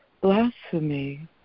blasphemy